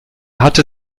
hatte